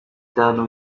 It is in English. done